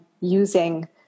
using